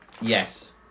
Yes